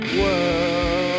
world